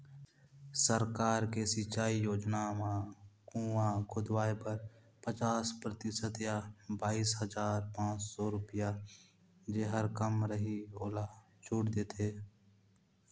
सरकार के सिंचई योजना म कुंआ खोदवाए बर पचास परतिसत य बाइस हजार पाँच सौ रुपिया जेहर कम रहि ओला छूट देथे